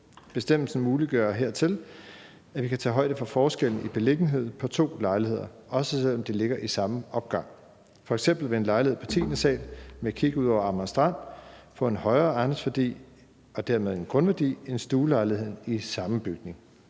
Bestemmelsen muliggør hertil, at vi kan tage højde for forskellen i beliggenhed på to lejligheder, også selv om de ligger i samme opgang. F.eks. vil en lejlighed på tiende sal med kig ud over Amager Strand få en højere ejendomsværdi og dermed grundværdi end stuelejligheden i samme bygning.